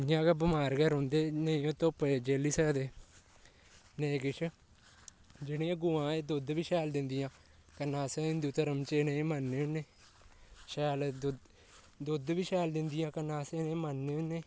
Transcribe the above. इ'यां गै बमार गै रौहंदे नेईं ओह् धोप्प झेली सकदे नेईं किश जेह्ड़ियां गौआं एह् दोद्ध बी शैल दिंदियां कन्नै असें हिंदु धर्म च इ'नें ई मनन्ने होने शैल दोद्ध दोद्ध बी शैल दिंदियां कन्नै असें इ'नें ई मनन्ने होने